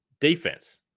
defense